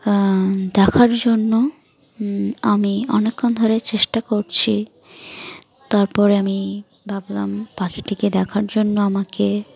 দেখার জন্য আমি অনেকক্ষণ ধরে চেষ্টা করছি তারপরে আমি ভাবলাম পাখিটিকে দেখার জন্য আমাকে